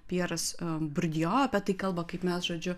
pjeras burdio apie tai kalba kaip mes žodžiu